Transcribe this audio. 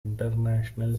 international